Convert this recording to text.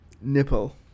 nipple